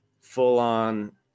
full-on